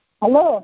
Hello